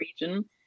region